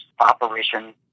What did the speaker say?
Operation